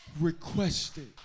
requested